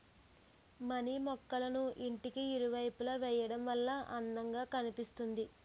money మొక్కళ్ళను ఇంటికి ఇరువైపులా వేయడం వల్ల అందం గా కనిపిస్తుంది